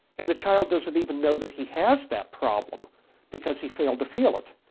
and the child doesn't even know that he has that problem because he failed to feel it.